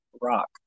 rock